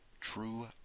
true